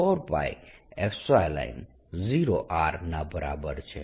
જે 35Q24π0R ના બરાબર છે